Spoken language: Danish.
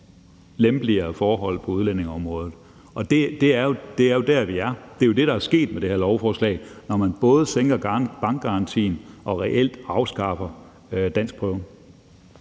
lempeligere forhold på udlændingeområdet. Det er jo der, vi er. Det er det, der er sket med det her lovforslag, når man både sænker bankgarantien og reelt afskaffer danskprøven.